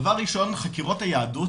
דבר ראשון חקירות היהדות,